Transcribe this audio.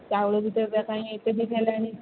ଚାଉଳ ବି ତ ଏବେ କାଇଁ ଏତେ ଦିନ ହେଲାଣି